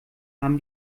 haben